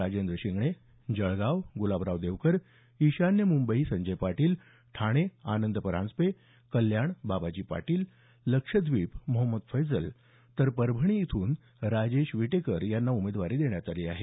राजेंद्र शिंगणे जळगाव गुलाबराव देवकर ईशान्य मुंबई संजय पाटील ठाणे आनंद परांजपे कल्याण बाबाजी पाटील लक्षद्वीप मौहम्मद फैजल तर परभणी इथून राजेश विटेकर यांना उमेदवारी देण्यात आली आहे